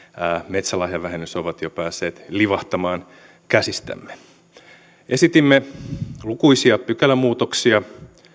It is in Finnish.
metsälahjavähennys ovat jo päässeet livahtamaan käsistämme esitimme lukuisia pykälämuutoksia